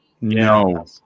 no